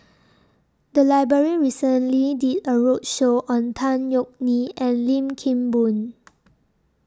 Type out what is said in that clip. The Library recently did A roadshow on Tan Yeok Nee and Lim Kim Boon